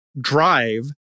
drive